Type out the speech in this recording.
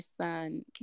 son